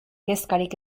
kezkarik